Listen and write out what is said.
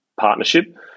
partnership